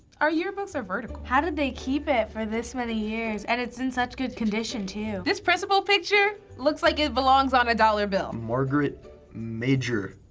our yearbooks are vertical. how did they keep it for this many years? and it's in such good condition, too. this principle picture looks like it belongs on a dollar bill. margaret majer.